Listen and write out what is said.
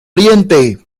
oriente